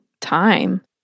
time